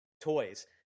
toys